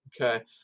Okay